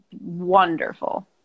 wonderful